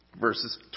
Verses